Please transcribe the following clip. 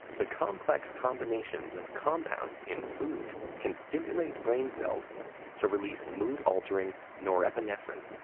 the complex combinations of compounds in food can stimulate brain cells to release mood-altering norepinephrine,